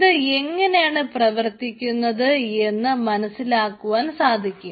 ഇത് എങ്ങനെയാണ് പ്രവർത്തിക്കുന്നത് എന്ന് മനസ്സിലാക്കുവാനും സാധിക്കും